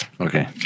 Okay